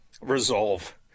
resolve